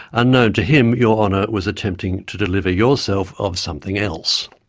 unknown to him, your honour was attempting to deliver yourself of something else.